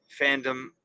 fandom